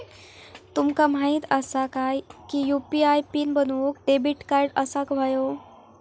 तुमका माहित असा काय की यू.पी.आय पीन बनवूक डेबिट कार्ड असाक व्हयो